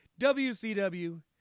WCW